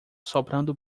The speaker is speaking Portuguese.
soprando